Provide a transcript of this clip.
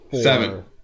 seven